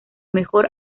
mejor